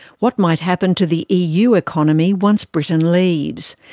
what might happen to the eu economy once britain leaves?